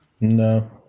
No